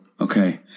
Okay